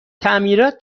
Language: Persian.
تعمیرات